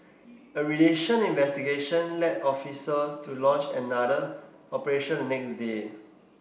a relation investigation led officers to launch another operation the next day